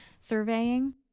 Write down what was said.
surveying